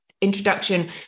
introduction